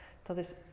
Entonces